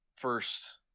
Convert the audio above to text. first